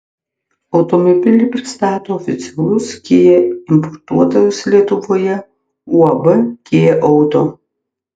automobilį pristato oficialus kia importuotojas lietuvoje uab kia auto